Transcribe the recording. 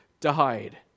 died